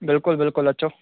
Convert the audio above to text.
बिल्कुलु बिल्कुलु अचो